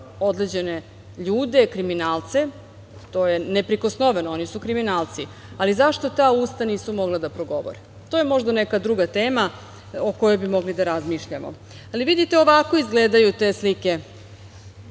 određene ljude, kriminalce, to je neprikosnoveno, oni su kriminalci, ali zašto ta usta nisu mogla da progovore? To je možda neka druga tema o kojoj bi mogli da razmišljamo. Ali, vidite, ovako izgledaju te slike